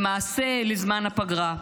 למעשה, לזמן הפגרה.